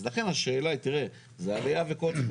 אז לכן השאלה היא, תראה, זה עלייה וקוץ בה.